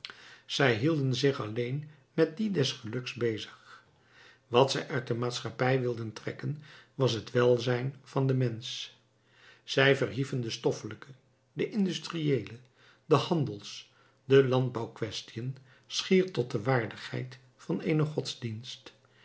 zij hielden zich alleen met die des geluks bezig wat zij uit de maatschappij wilden trekken was het welzijn van den mensch zij verhieven de stoffelijke de industriëele de handels de landbouwquaestiën schier tot de waardigheid van eenen godsdienst